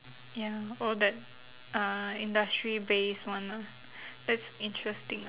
ya or that uh industry based one ah that's interesting ah